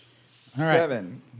Seven